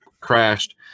crashed